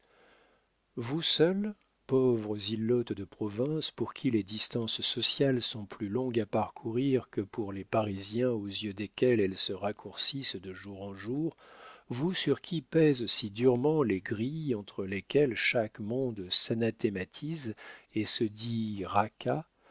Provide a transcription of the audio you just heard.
vous seuls pauvres ilotes de province pour qui les distances sociales sont plus longues à parcourir que pour les parisiens aux yeux desquels elles se raccourcissent de jour en jour vous sur qui pèsent si durement les grilles entre lesquelles chaque monde s'anathématise et se dit